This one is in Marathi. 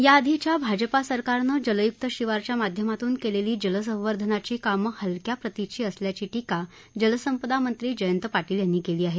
याआधीच्या भाजपा सरकारने जलयुक्त शिवारच्या माध्यमातून केलेली जलसंवर्धनाची कामं हलक्यात प्रतीची असल्याची टीका जलसंपदा मंत्री जयंत पाटील यांनी केली आहे